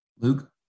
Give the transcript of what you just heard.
Luke